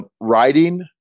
writing